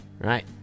Right